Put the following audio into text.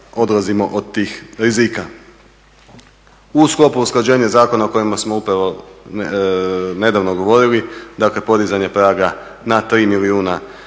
odlazimo od tih rizika. U sklopu usklađenja zakona o kojima smo upravo nedavno govorili, dakle podizanje praga na 3 milijuna